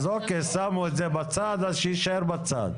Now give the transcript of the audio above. אז אוקיי, שמו את זה בצד, שיישאר בצד.